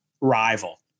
rival